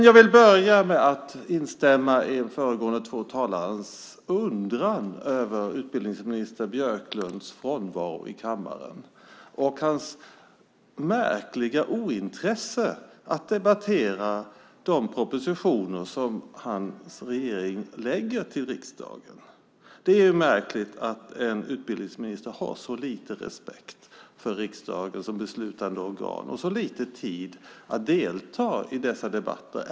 Jag vill börja med att instämma i de föregående två talarnas undran över utbildningsminister Björklunds frånvaro i kammaren och hans märkliga ointresse att debattera de propositioner som hans regering lägger fram till riksdagen. Det är märkligt att en utbildningsminister har så lite respekt för riksdagen som beslutande organ och så lite tid att delta i dessa debatter.